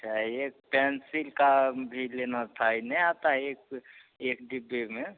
अच्छा एक पेन्सिल का भी लेना था यह नहीं आता है एक एक डिब्बे में